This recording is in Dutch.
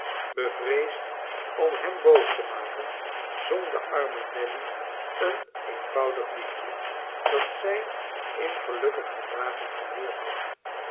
bevreesd om hem boos te maken zong de arme nelly een eenvoudig liedje dat zij in gelukkiger dagen geleerd had